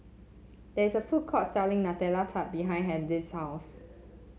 there is a food court selling Nutella Tart behind Hedy's house